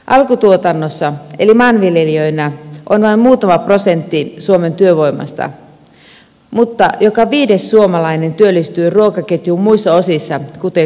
alkutuotannossa eli maanviljelijöinä on vain muutama prosentti suomen työvoimasta mutta joka viides suomalainen työllistyy ruokaketjun muissa osissa kuten kuljetus kauppa ja jalostus